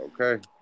okay